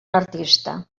artista